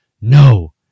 No